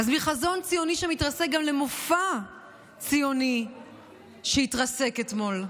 אז מחזון ציוני שמתרסק גם למופע ציוני שהתרסק אתמול,